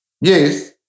Yes